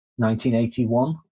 1981